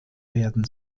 werden